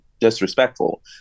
disrespectful